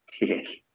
Yes